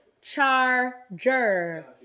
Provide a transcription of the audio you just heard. charger